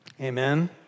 Amen